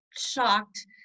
shocked